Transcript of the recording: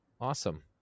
Awesome